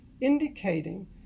indicating